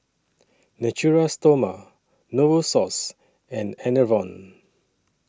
Natura Stoma Novosource and Enervon